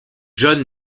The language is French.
john